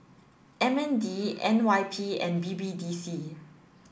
M N D N Y P and B B D C